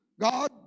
God